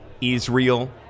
Israel